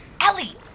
Ellie